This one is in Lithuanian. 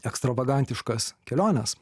ekstravagantiškas keliones